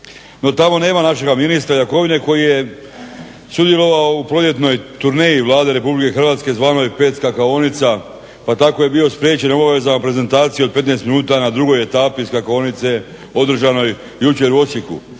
No tamo nema našega ministra Jakovine koji je sudjelovao u proljetnoj turneji Vlade RH zvanoj predskakaonica pa tako je bio spriječen obavezama prezentacije od 15 minuta na drugoj etapi skakaonice održanoj jučer u